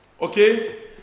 okay